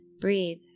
breathe